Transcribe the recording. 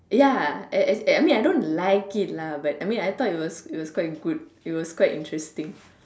ya I I I mean I don't like it lah but I mean I thought it was it was quite good it was quite interesting